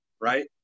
right